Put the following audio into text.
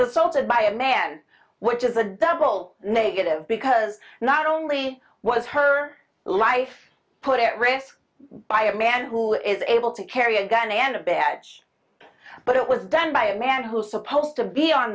assaulted by a man which is a double negative because not only was her life put at risk by a man who is able to carry a gun and a badge but it was done by a man who was supposed to be on